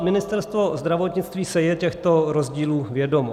Ministerstvo zdravotnictví si je těchto rozdílů vědomo.